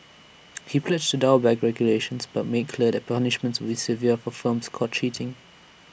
he pledged to dial back regulations but made clear that punishments would severe for firms caught cheating